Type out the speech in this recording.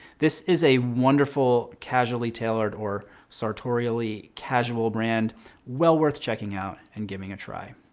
this is a wonderful casually tailored or sartorially casual brand well worth checking out and giving a try.